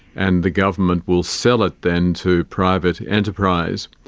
and the government will sell it then to private enterprise.